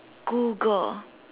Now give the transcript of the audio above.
Google